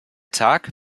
tag